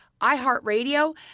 iHeartRadio